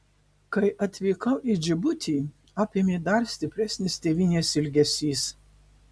kai atvykau į džibutį apėmė dar stipresnis tėvynės ilgesys